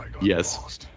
Yes